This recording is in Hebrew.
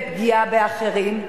מפגיעה באחרים?